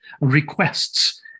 requests